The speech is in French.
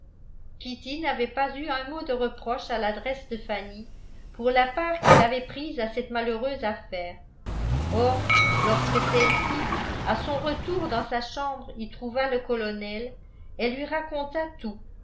kitty n'avait pas eu un mot de reproche à l'adresse de fanny pour la part qu'elle avait prise à cette malheureuse affaire or lorsque celle-ci à son retour dans sa chambre y trouva le colonel elle lui raconta tout